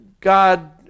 God